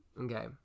Okay